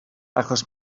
achos